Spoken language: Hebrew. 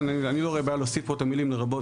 אני לא רואה בעיה להוסיף פה את המילים לרבות,